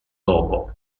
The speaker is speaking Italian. dopo